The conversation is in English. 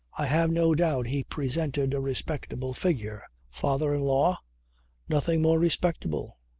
i have no doubt he presented a respectable figure. father-in-law. nothing more respectable.